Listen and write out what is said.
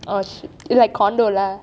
oh shit is it like condo lah